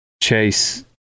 chase